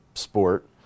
sport